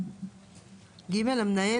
(ג) המנהל,